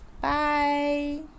Bye